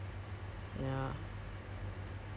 I I cannot deal with big groups